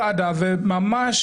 לפנות,